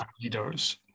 leaders